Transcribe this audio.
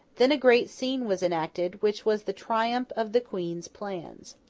then a great scene was enacted, which was the triumph of the queen's plans.